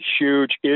huge